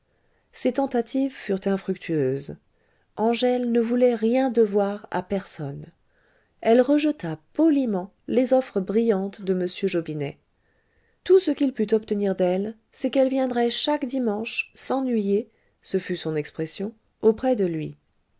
ses tentatives furent infructueuses angèle ne voulait rien devoir à personne elle rejeta poliment les offres brillantes de m jobinet tout ce qu'il put obtenir d'elle c'est qu'elle viendrait chaque dimanche s'ennuyer ce fut son expression auprès de lui